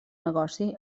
negoci